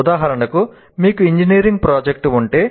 ఉదాహరణకు మీకు engineering project ఉంటే